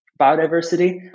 biodiversity